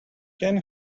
can